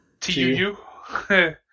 T-U-U